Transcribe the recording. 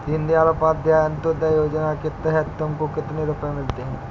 दीन दयाल उपाध्याय अंत्योदया योजना के तहत तुमको कितने रुपये मिलते हैं